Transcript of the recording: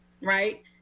right